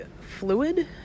fluid